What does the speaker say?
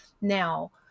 Now